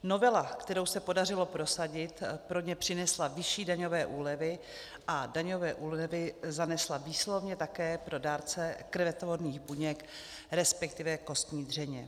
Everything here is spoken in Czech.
Novela, kterou se podařilo prosadit, pro ně přinesla vyšší daňové úlevy a daňové úlevy zanesla výslovně také pro dárce krvetvorných buněk, resp. kostní dřeně.